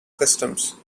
customs